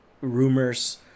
rumors